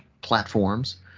platforms